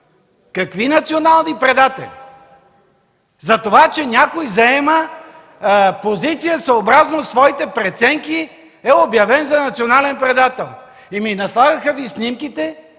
Какви национални предатели? За това, че някой заема позиция, съобразно своите преценки, е обявен за национален предател. Ами, наслагаха Ви снимките.